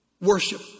worship